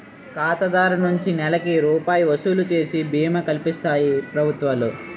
ఖాతాదారు నుంచి నెలకి రూపాయి వసూలు చేసి బీమా కల్పిస్తాయి ప్రభుత్వాలు